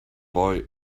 boy